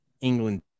England